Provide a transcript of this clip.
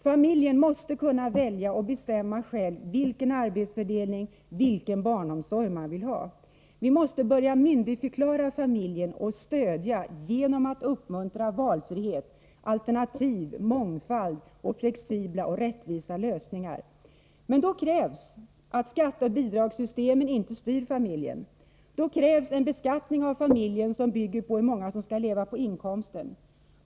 Familjen måste själv kunna få välja och bestämma vilken arbetsfördelning och vilken barnomsorg den vill ha. Vi måste börja myndigförklara familjen och stödja den genom att uppmuntra valfrihet, alternativ, mångfald och flexibla och rättvisa lösningar. Men då krävs att skatteoch bidragssystemen inte styr familjen. Då krävs en beskattning av familjen som bygger på hur många som skall leva på inkomsten.